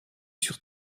sur